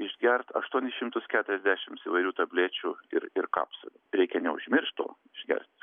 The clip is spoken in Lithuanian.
išgert aštuonis šimtus keturiasdešimts įvairių tablečių ir ir kapsulių reikia neužmiršt to išgert